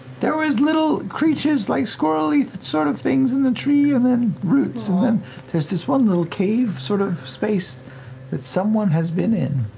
there was little creatures like squirrely sort of things in the tree and then roots and then there's this one little cave sort of space that someone has been in.